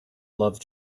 love